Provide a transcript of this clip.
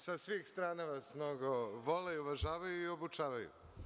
Sa svih strana vas mnogo vole i uvažavaju i obučavaju.